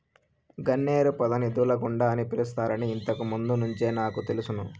గన్నేరు పొదని దూలగుండ అని పిలుస్తారని ఇంతకు ముందు నుంచే నాకు తెలుసును